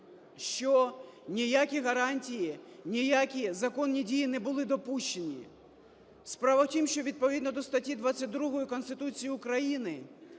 що ніякі гарантії, ніякі законні дії не були допущені. Справа у тім, що відповідно до статті 22 Конституції України